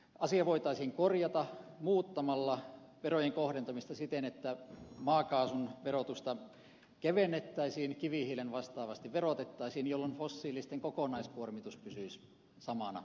asia voitaisiin korjata muuttamalla verojen kohdentamista siten että maakaasun verotusta kevennettäisiin kivihiilen vastaavasti korotettaisiin jolloin fossiilisten kokonaisverokuormitus pysyisi samana